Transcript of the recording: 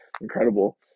incredible